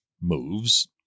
moves